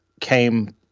came